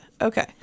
Okay